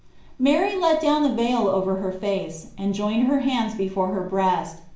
mary let down the veil over her face, and joined her hands before her breast,